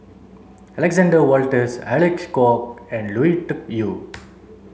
Alexander Wolters Alec Kuok and Lui Tuck Yew